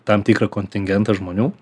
tam tikrą kontingentą žmonių